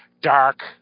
dark